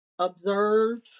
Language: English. Observe